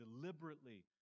deliberately